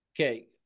Okay